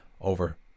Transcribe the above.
over